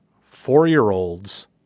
four-year-olds